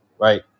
right